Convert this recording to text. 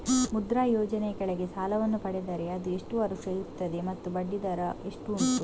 ಮುದ್ರಾ ಯೋಜನೆ ಯ ಕೆಳಗೆ ಸಾಲ ವನ್ನು ಪಡೆದರೆ ಅದು ಎಷ್ಟು ವರುಷ ಇರುತ್ತದೆ ಮತ್ತು ಬಡ್ಡಿ ದರ ಎಷ್ಟು ಉಂಟು?